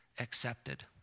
accepted